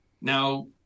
now